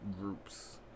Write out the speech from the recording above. groups